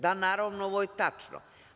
Da, naravno, ovo je tačno.